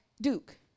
Duke